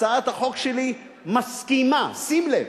הצעת החוק שלי מסכימה, שים לב,